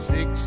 Six